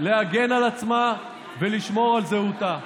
להגן על עצמה ולשמור על זהותה.